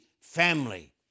family